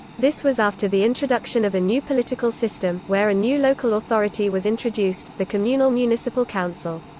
this was after the introduction of a new political system, where a new local authority was introduced the communal municipal council.